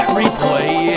replay